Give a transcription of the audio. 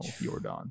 Jordan